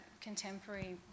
contemporary